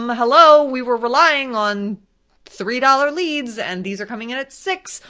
um hello, we were relying on three dollars leads and these are coming in at six,